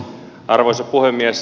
arvoisa puhemies